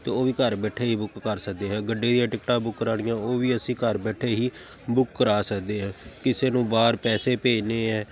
ਤਾਂ ਉਹ ਵੀ ਘਰ ਬੈਠੇ ਹੀ ਬੁੱਕ ਕਰ ਸਕਦੇ ਹੈ ਗੱਡੀ ਦੀਆਂ ਟਿਕਟਾਂ ਬੁੱਕ ਕਰਾਉਣੀਆਂ ਉਹ ਵੀ ਅਸੀਂ ਘਰ ਬੈਠੇ ਹੀ ਬੁੱਕ ਕਰਾ ਸਕਦੇ ਹਾਂ ਕਿਸੇ ਨੂੰ ਬਾਹਰ ਪੈਸੇ ਭੇਜਣੇ ਹੈ